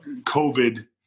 COVID